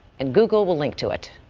and google will link to it.